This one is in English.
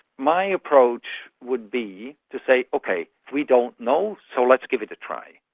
my approach would be to say, okay, we don't know, so let's give it a try.